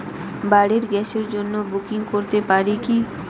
বাড়ির গ্যাসের জন্য বুকিং করতে পারি কি?